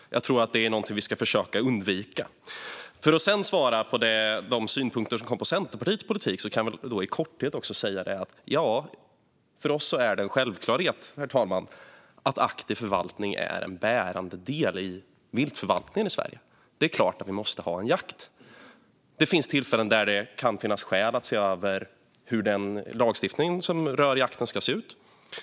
Jag tror att det är någonting som vi ska försöka undvika. När det gäller de synpunkter som kom på Centerpartiets politik kan jag i korthet säga att det för oss är en självklarhet att aktiv förvaltning är en bärande del i viltförvaltningen i Sverige. Det är klart att vi måste ha en jakt. Det finns tillfällen då det kan finnas skäl att se över hur den lagstiftning som rör jakten ska se ut.